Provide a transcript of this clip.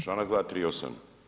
Članak 238.